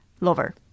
Lover